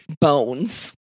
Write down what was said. bones